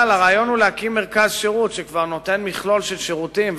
אבל הרעיון הוא להקים מרכז שירות שכבר נותן מכלול של שירותים,